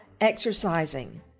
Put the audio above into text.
Exercising